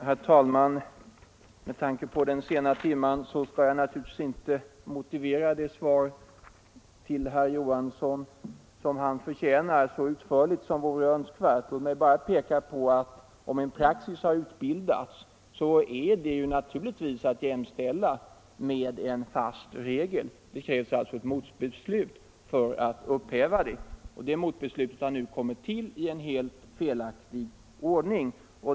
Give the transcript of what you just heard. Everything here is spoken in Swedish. Herr talman! Med tanke på den sena timmen skall jag inte så utförligt motivera mitt svar till herr Johansson i Malmö som det vore önskvärt och som han förtjänar. Låt mig bara peka på att om en praxis har utbildats är det naturligtvis att jämställa med en fast regel. Det krävs alltså ett motbeslut för att upphäva denna praxis. Det motbeslutet har nu kommit till i en helt felaktig ordning.